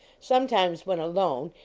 sometimes, when alone,